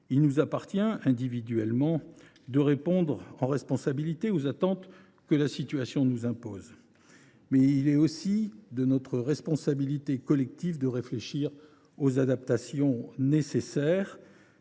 il nous appartient individuellement de répondre, en responsabilité, aux attentes que la situation nous impose. Mais il est aussi de notre responsabilité collective de réfléchir aux adaptations nécessaires,